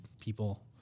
people